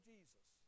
Jesus